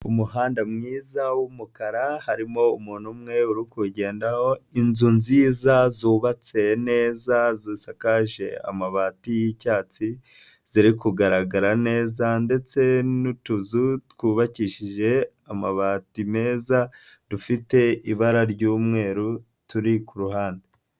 Umuhanda mwiza wumukara harimo umuntu umwe uri kuwugendaho, inzu nziza zubatse neza zisakaje amabati y'icyatsi ziri kugaragara neza ndetse n'utuzu twubakishije amabati meza dufite ibara ry'umweru turi ku ruhande.